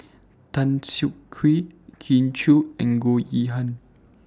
Tan Siak Kew Kin Chui and Goh Yihan